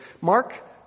Mark